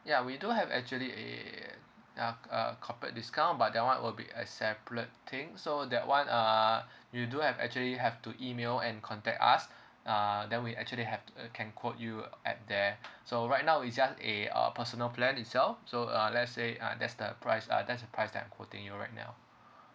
ya we do have actually a ya uh corporate discount but that one will be a separate things so that one uh you do have actually have to email and contact us uh then we actually have uh can quote you at there so right now is just a uh personal plan itself so uh let's say uh that's the price uh that's the price that I quoting you right now